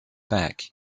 back